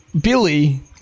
Billy